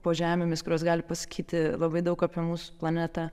po žemėmis kurios gali pasakyti labai daug apie mūsų planetą